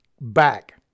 back